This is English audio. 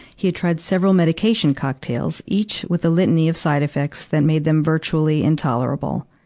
he had tried several medication cocktails, each with a litany of side effects that made them virtually intolerable.